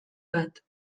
bat